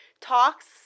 talks